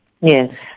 yes